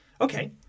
Okay